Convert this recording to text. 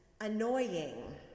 annoying